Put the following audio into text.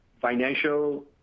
financial